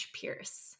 Pierce